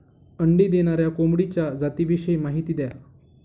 अंडी देणाऱ्या कोंबडीच्या जातिविषयी माहिती द्या